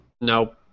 Nope